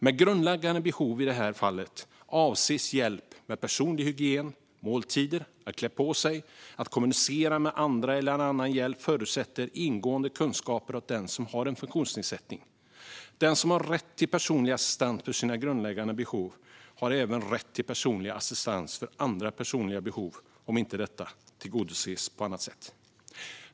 Med grundläggande behov avses i det här fallet hjälp med personlig hygien, måltider, att klä på sig eller att kommunicera med andra eller annan hjälp som förutsätter ingående kunskaper om den som har en funktionsnedsättning. Den som har rätt till personlig assistans för sina grundläggande behov har även rätt till personlig assistans för andra personliga behov, om dessa inte tillgodoses på annat sätt.